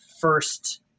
first